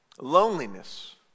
Loneliness